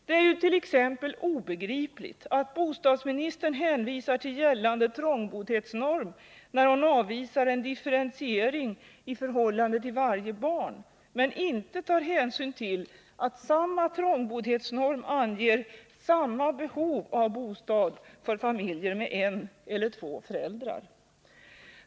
Det är ju t.ex. obegripligt att bostadsministern hänvisar till gällande trångboddhetsnorm när hon avvisar en differentiering i förhållande till varje barn men inte tar hänsyn till att samma trångboddhets norm anger samma behov av bostad för familjer med en och två föräldrar.